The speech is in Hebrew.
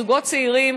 זוגות צעירים,